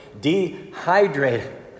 dehydrated